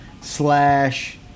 slash